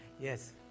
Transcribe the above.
Yes